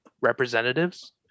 representatives